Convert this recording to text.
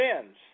sins